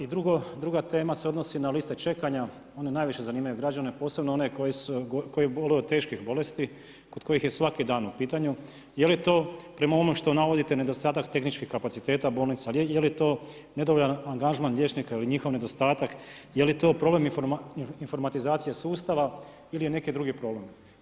I druga tema se odnosi na liste čekanja, one najviše zanimaju građane posebno one koji boluju od teških bolesti kod kojih je svaki dan u pitanju, jel' je to prema onome što navodite, nedostatak tehničkih kapaciteta, bolnica, jel ' je to nedovoljan angažman liječnika i njihov nedostatak, je li to problem informatizacije sustava ili je neki drugi problem?